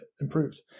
improved